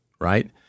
right